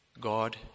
God